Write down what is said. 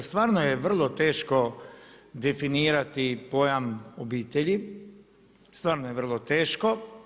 Stvarno je vrlo teško definirati pojam obitelji, stvarno je vrlo teško.